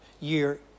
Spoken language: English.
year